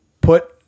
put